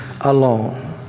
alone